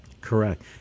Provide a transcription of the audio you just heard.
Correct